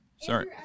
Sorry